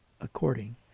according